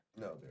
No